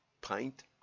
pint